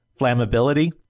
flammability